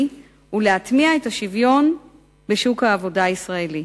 ולהטמיע את השוויון בשוק העבודה הישראלי.